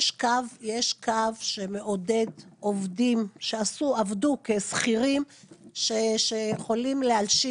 יש קו שמעודד עוברים שעבדו כשכירים שיכולים להלשין?